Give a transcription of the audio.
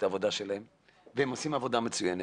ובאופן כללי הם אכן עושים עבודה מצוינת,